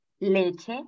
leche